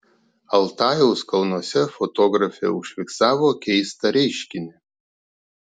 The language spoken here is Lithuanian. altajaus kalnuose fotografė užfiksavo keistą reiškinį